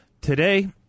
Today